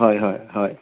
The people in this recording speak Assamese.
হয় হয় হয়